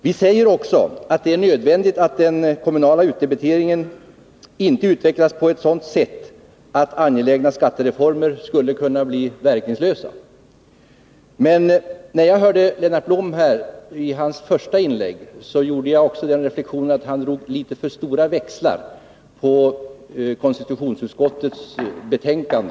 Vi säger också att det är nödvändigt att den kommunala utdebiteringen inte utvecklas på ett sådant sätt att angelägna skattereformer skulle kunna bli verkningslösa. Men när jag hörde Lennart Blom i hans första inlägg gjorde jag också den reflexionen att han drog litet för stora växlar på konstitutionsutskottets betänkande.